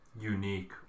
Unique